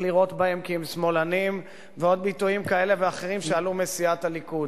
לירות בהם כי הם שמאלנים ועוד ביטויים כאלה ואחרים שעלו מסיעת הליכוד.